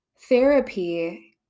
therapy